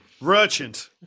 Merchant